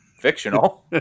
fictional